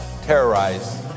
terrorize